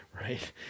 right